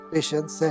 Patience